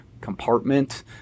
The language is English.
compartment